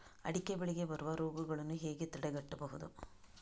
ಅಡಿಕೆ ಬೆಳೆಗೆ ಬರುವ ರೋಗಗಳನ್ನು ಹೇಗೆ ತಡೆಗಟ್ಟಬಹುದು?